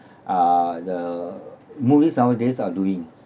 ah the movies nowadays are doing